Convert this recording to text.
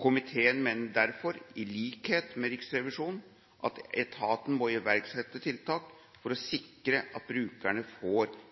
Komiteen mener derfor, i likhet med Riksrevisjonen, at etaten må iverksette tiltak for å sikre at brukerne får